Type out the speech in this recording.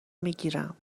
میگیرم